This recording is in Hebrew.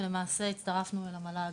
ולמעשה הצטרפנו למל"ג